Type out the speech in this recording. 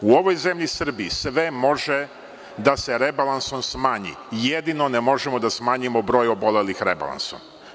U ovoj zemlji Srbiji sve može da se rebalansom smanji, jedino ne možemo da smanjimo broj obolelih rebalansom.